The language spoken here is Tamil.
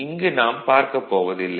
இங்கு நாம் பார்க்கப் போவதில்லை